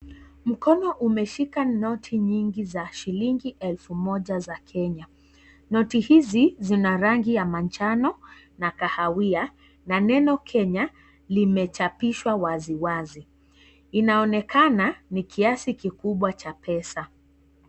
Mkono umeshika noti nyingi za shilinhi elfu moja za Kenya. Noti hizi zina rangi ya majano na kahawia na neno Kenya limechapishwa waziwazi, inaonekana ni kiasi kikubwa cha pesa.